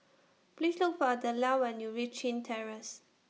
Please Look For Adella when YOU REACH Chin Terrace